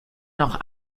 noch